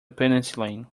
penicillin